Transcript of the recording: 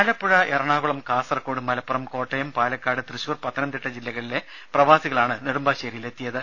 ആലപ്പുഴ എറണാകുളം കാസർകോട് മലപ്പുറം കോട്ടയം പാലക്കാട് തൃശൂർ പത്തനംതിട്ട ജില്ലകളിലെ പ്രവാസികളാണ് നെടുമ്പാശേരിയിലെത്തിയത്